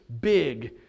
big